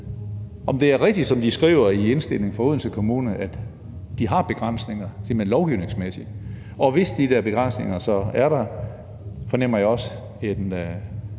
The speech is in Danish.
om det er rigtigt, som de skriver i indstillingen fra Odense Kommune, at de har begrænsninger, tilmed lovgivningsmæssige, og hvis de der begrænsninger så er der, fornemmer jeg også en